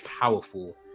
powerful